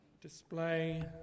Display